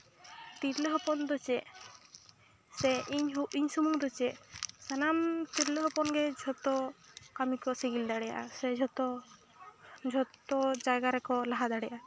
ᱛᱤᱨᱞᱟᱹ ᱦᱚᱯᱚᱱ ᱫᱚ ᱪᱮᱫ ᱥᱮ ᱤᱧ ᱦᱚᱸ ᱤᱧ ᱥᱩᱢᱩᱝ ᱫᱚ ᱪᱮᱫ ᱥᱟᱱᱟᱢ ᱛᱤᱨᱞᱟᱹ ᱦᱚᱯᱚᱱ ᱜᱮ ᱡᱷᱚᱛᱚ ᱠᱟᱹᱢᱤ ᱠᱚ ᱥᱟᱜᱤᱞ ᱫᱟᱲᱮᱭᱟᱜᱼᱟ ᱥᱮ ᱡᱷᱚᱛᱚ ᱡᱷᱚᱛᱚ ᱡᱟᱭᱜᱟ ᱨᱮᱠᱚ ᱞᱟᱦᱟ ᱫᱟᱲᱮᱭᱟᱜᱼᱟ